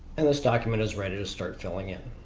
and this document is ready to start filling in.